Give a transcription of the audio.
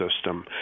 system